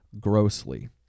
grossly